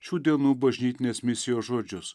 šių dienų bažnytinės misijos žodžius